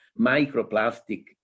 microplastic